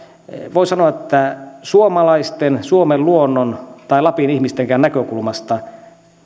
voi sanoa että suomalaisten suomen luonnon tai lapin ihmistenkään näkökulmasta